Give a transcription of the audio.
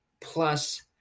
Plus